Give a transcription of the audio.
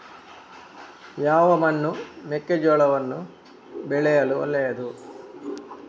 ಯಾವ ಮಣ್ಣು ಮೆಕ್ಕೆಜೋಳವನ್ನು ಬೆಳೆಯಲು ಒಳ್ಳೆಯದು?